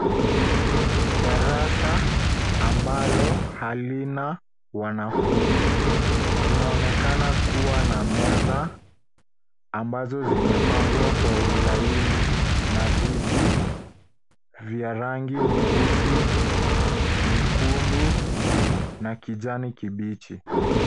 Darasa ambalo halina wanafunzi. Kunaonekana kuwa na meza ambazo zimepangwa kwa ulaini na viti vya rangi nyeusi, nyekundu na kijani kibichi.